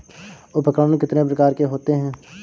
उपकरण कितने प्रकार के होते हैं?